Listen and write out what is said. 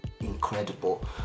incredible